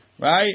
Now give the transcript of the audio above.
Right